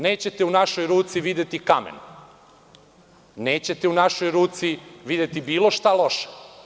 Nećete u našoj ruci videti kamen, nećete u našoj ruci videti bilo šta loše.